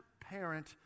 parent